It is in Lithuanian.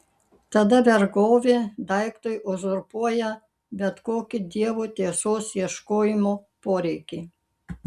tada vergovė daiktui uzurpuoja bet kokį dievo tiesos ieškojimo poreikį